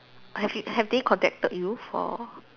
have you have they contacted you for